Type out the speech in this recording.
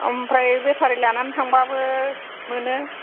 ओमफ्राय बेटारि लानानै थांबाबो मोनो